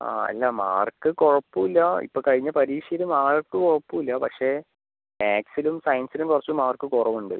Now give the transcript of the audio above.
ആ അല്ല മാർക്ക് കുഴപ്പമില്ല ഇപ്പോൾ കഴിഞ്ഞ പരീക്ഷയിൽ മാർക്ക് കുഴപ്പമില്ല പക്ഷേ മാത്സിലും സയൻസിലും കുറച്ച് മാർക്ക് കുറവ് ഉണ്ട്